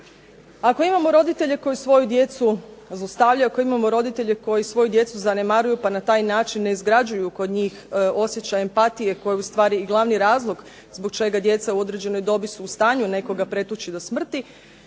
ako imamo roditelje koji svoju djecu zanemaruju pa na taj način ne izgrađuju kod njih osjećaj empatije, koja je ustvari glavni razlog zbog čega u određenoj dobi su u stanju nekoga pretuči do smrti,